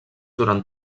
durant